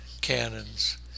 cannons